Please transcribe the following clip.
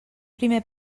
primer